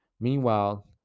Meanwhile